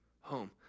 home